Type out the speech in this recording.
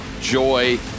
joy